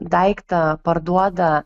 daiktą parduoda